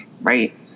Right